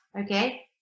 okay